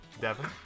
Devin